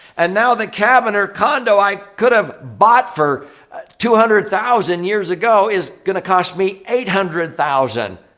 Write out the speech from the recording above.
and now the cabinet condo i could have bought for two hundred thousand years ago is going to cost me eight hundred thousand.